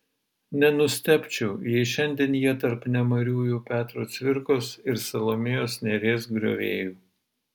nenustebčiau jei šiandien jie tarp nemariųjų petro cvirkos ir salomėjos nėries griovėjų